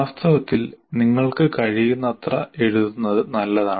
വാസ്തവത്തിൽ നിങ്ങൾക്ക് കഴിയുന്നത്ര എഴുതുന്നത് നല്ലതാണ്